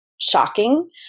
shocking